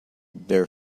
their